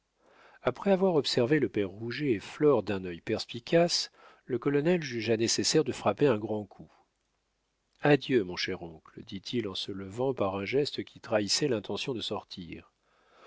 après avoir observé le père rouget et flore d'un œil perspicace le colonel jugea nécessaire de frapper un grand coup adieu mon cher oncle dit-il en se levant par un geste qui trahissait l'intention de sortir